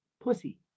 pussy